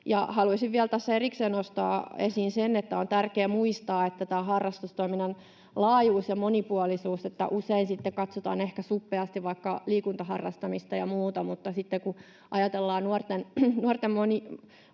Haluaisin vielä tässä erikseen nostaa esiin sen, että on tärkeää muistaa tämä harrastustoiminnan laajuus ja monipuolisuus. Usein katsotaan ehkä suppeasti vaikka liikuntaharrastamista ja muuta, mutta sitten kun ajatellaan nuorten